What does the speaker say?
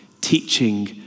teaching